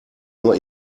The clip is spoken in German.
nur